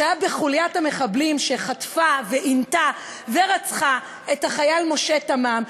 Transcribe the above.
שהיה בחוליית המחבלים שחטפה ועינתה ורצחה את החייל משה תמם.